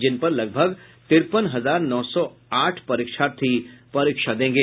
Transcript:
जिन पर लगभग तिरपन हजार नौ सौ आठ परीक्षार्थी परीक्षा देंगे